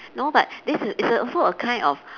no but this is it's also a kind of